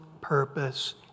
purpose